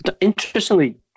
Interestingly